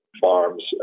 farms